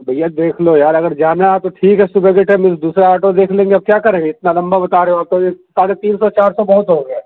بھائیا دیکھ لو یار اگر جانا ہے تو ٹھیک ہے صبح کے ٹائم میں دوسرا آٹو دیکھ لیں گے اب کیا کریں گے اتنا لمبا بتا رہے ہو تو یہ ساڑھے تین سو چار سو بہت ہو گیا